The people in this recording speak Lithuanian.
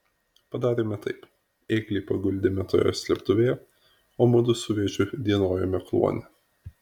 padarėme taip ėglį paguldėme toje slėptuvėje o mudu su vėžiu dienojome kluone